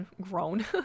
grown